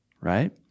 right